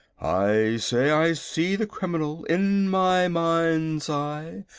i say i see the criminal, in my mind's eye,